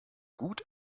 gut